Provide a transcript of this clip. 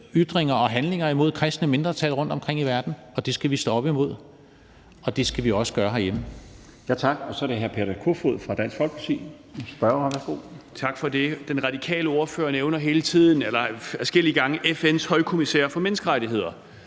ytringer og handlinger imod kristne mindretal rundtomkring i verden, og det skal vi stå op imod. Det skal vi også gøre herhjemme.